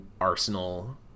arsenal